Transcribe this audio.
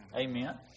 Amen